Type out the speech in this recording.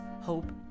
hope